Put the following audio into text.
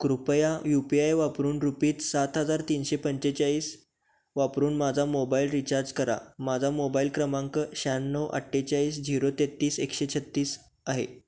कृपया U P I वापरून रूपीत सात हजार तीनशे पंचेचाळीस वापरून माझा मोबाईल रिचार्ज करा माझा मोबाईल क्रमांक शहाण्णव अठ्ठेचाळीस झिरो तेहत्तीस एकशे छत्तीस आहे